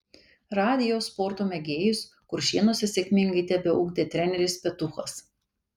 radijo sporto mėgėjus kuršėnuose sėkmingai tebeugdė treneris petuchas